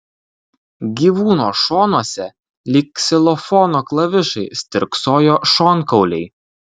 gyvūno šonuose lyg ksilofono klavišai stirksojo šonkauliai